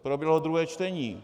Proběhlo druhé čtení.